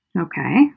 Okay